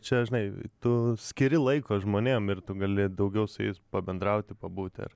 čia žinai tu skiri laiko žmonėm ir tu gali daugiau su jais pabendrauti pabūti ar